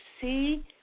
see